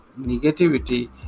negativity